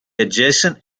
adjacent